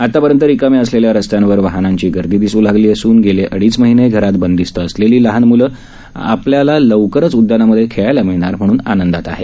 आतापर्यंत रिकामे असलेल्या रस्त्यांवर वाहनांची गर्दी दिसू लागली असून गेले अडीच महिने घरात बंदिस्त असलेली लहान मु्लं आपल्याला लवकरच उदयानांमध्ये खेळायला मिळणार म्हणून आनंदात आहेत